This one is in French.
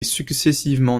successivement